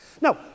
Now